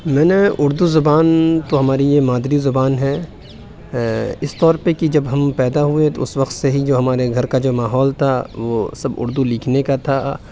میں نے اردو زبان تو ہماری یہ مادری زبان ہے اس طور پر کہ جب ہم پیدا ہوئے اس وقت سے ہمارے گھر کا جو ماحول تھا وہ سب اردو لکھنے کا تھا